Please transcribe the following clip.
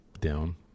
down